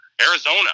Arizona